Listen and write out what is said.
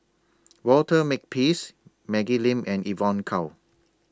Walter Makepeace Maggie Lim and Evon Kow